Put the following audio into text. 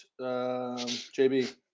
JB